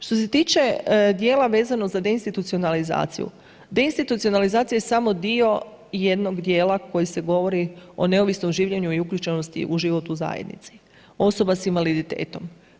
Što se tiče dijela vezano za deinstitucionalizaciju, deinstitucionalizacija je samo dio jednog dijela koji se govori o neovisnom življenju i uključenosti u život u zajednici osoba sa invaliditetom.